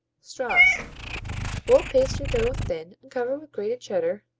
straws roll pastry dough thin and cover with grated cheddar,